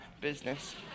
business